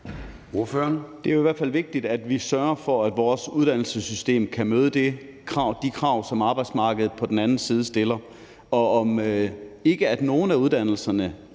Det er jo i hvert fald vigtigt, at vi sørger for, at vores uddannelsessystem kan opfylde de krav, som arbejdsmarkedet på den anden side stiller. Og at nogle af uddannelserne,